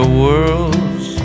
worlds